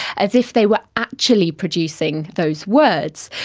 as if they were actually producing those words.